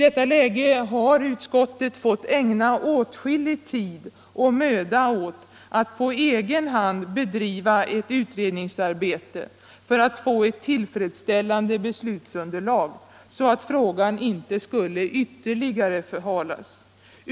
I detta läge har utskottet fått ägna åtskillig tid och möda åt att på egen hand bedriva ett utredningsarbete för att få ett tillfredsställande beslutsunderlag, så att frågan inte skulle ytterligare förhalas.